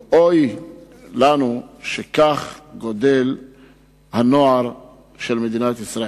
ואוי לנו שכך גדל הנוער של מדינת ישראל.